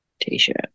t-shirt